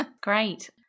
Great